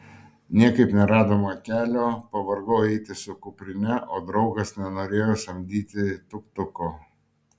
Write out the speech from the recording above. niekaip neradome kelio pavargau eiti su kuprine o draugas nenorėjo samdyti tuk tuko